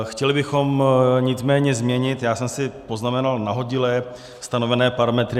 Chtěli bychom nicméně změnit já jsem si poznamenal nahodile stanovené parametry.